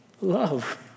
Love